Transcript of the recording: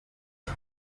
iki